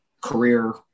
career